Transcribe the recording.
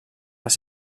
les